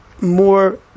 more